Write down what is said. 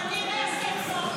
תסמני לי מתי את מפסיקה.